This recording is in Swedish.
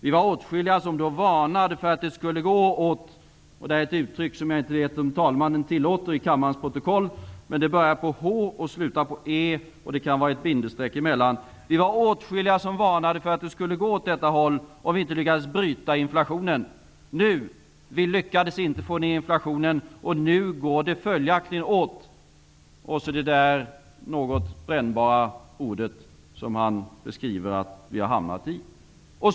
Vi var åtskilliga som då varnade för att det skulle gå — och det är ett uttryck som jag inte vet om talmannen tillåter i kammarens protokoll, men det börjar på h och slutar på e, och det kan vara ett bindestreck emellan — åt h-e om vi inte lyckades bryta inflationen. Vi lyckades inte få ned inflationen, och nu går det följaktligen åt h-e — alltså detta brännbara ord som han beskriver att vi har hamnat i.